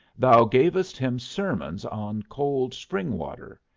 thou gavest him sermons on cold spring-water.